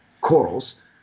corals